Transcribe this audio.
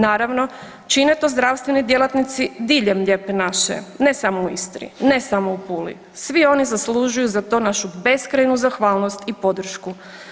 Naravno, čine to zdravstveni djelatnici diljem lijepe naše, ne samo u Istri, ne samo u Puli, svi oni zaslužuju za to našu beskrajnu zahvalnost i podršku.